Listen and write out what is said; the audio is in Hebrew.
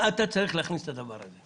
צריך להכניס את הדבר הזה?